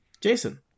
Jason